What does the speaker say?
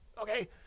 okay